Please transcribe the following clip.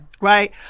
Right